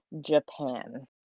Japan